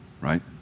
Right